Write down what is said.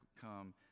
come